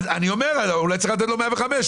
אולי צריך לתת לו 105,